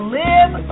live